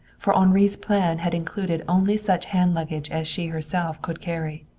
for henri's plan had included only such hand luggage as she herself could carry.